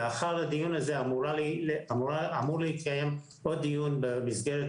לאחר הדיון הזה אמור להתקיים עוד דיון במסגרת